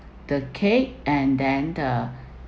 the cake and then the